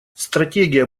стратегия